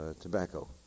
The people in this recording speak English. tobacco